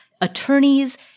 attorneys